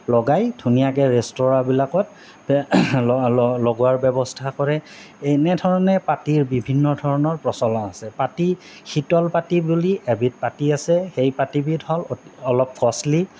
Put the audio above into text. লগাই ধুনীয়াকে ৰেষ্টুৰাঁবিলাকত লগোৱাৰ ব্যৱস্থা কৰে এনেধৰণে পাতিৰ বিভিন্ন ধৰণৰ প্ৰচলন আছে পাতি শীতল পাতি বুলি এবিধ পাতি আছে সেই পাতিবিধ হ'ল অলপ কষ্টলি